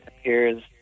appears